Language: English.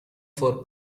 for